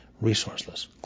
resourceless